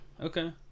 okay